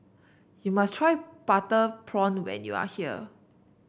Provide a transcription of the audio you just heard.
you must try Butter Prawn when you are here